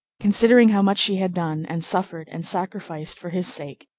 considering how much she had done, and suffered, and sacrificed for his sake,